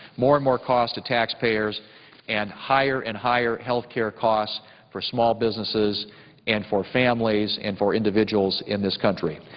more and more cost to taxpayers and higher and higher health care costs for small businesses and for families and for individuals in this country.